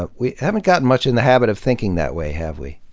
but we haven't gotten much in the habit of thinking that way, have we?